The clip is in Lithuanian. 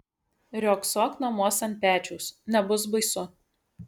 riogsok namuos ant pečiaus nebus baisu